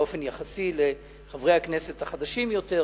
באופן יחסי לחברי הכנסת החדשים יותר,